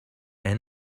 est